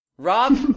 Rob